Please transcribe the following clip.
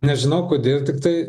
nežinau kodėl tiktai